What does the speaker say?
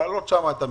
להעלות שם את המכס,